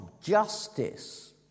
justice